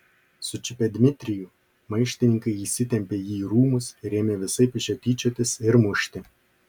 sučiupę dmitrijų maištininkai įsitempė jį į rūmus ir ėmė visaip iš jo tyčiotis ir mušti